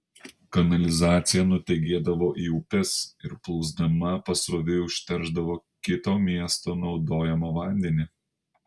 kanalizacija nutekėdavo į upes ir plūsdama pasroviui užteršdavo kito miesto naudojamą vandenį